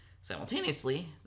Simultaneously